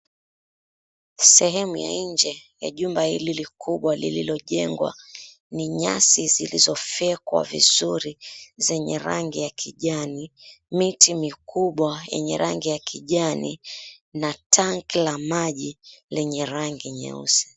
Sehemu ya inje ya jumba hili kubwa lililojengwa ni nyasi zilizofyekwa vizuri zenye rangi ya kijani. Miti mikubwa yenye rangi ya kijani na tanki la maji lenye rangi nyeusi.